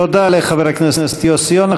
תודה לחבר הכנסת יוסי יונה.